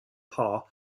par